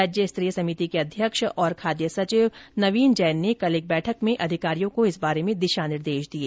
राज्य स्तरीय समिति के अध्यक्ष और खाद्य सचिव नवीन जैन ने कल एक बैठक में अधिकारियों को इस बारे में दिशा निर्देश दिए